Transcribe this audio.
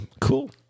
Cool